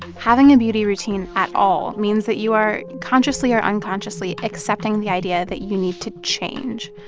having a beauty routine at all means that you are consciously or unconsciously accepting the idea that you need to change.